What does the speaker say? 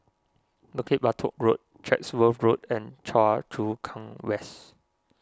Bukit Batok Road Chatsworth Road and Choa Chu Kang West